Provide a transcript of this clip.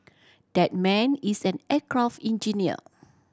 that man is an aircraft engineer